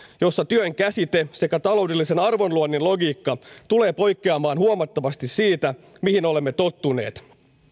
jossa työn käsite sekä taloudellisen arvonluonnin logiikka tulevat poikkeamaan huomattavasti siitä mihin olemme tottuneet